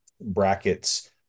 brackets